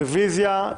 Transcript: רביזיה.